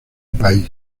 país